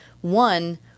one